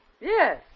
Yes